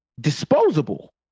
disposable